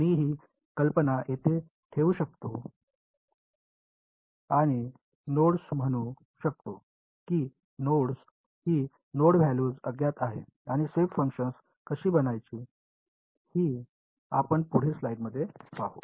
मी ही कल्पना येथे सुरू ठेवू शकतो आणि नोड्स म्हणू शकतो की नोड्स ही नोड व्हॅल्यूज अज्ञात आहेत आणि शेप फंक्शन्स कशी बनवायची हे आपण पुढील स्लाइडमध्ये पाहू